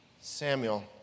Samuel